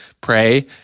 pray